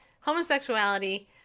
homosexuality